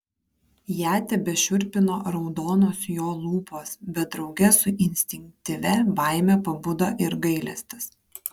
ją tebešiurpino raudonos jo lūpos bet drauge su instinktyvia baime pabudo ir gailestis